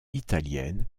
italienne